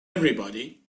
everybody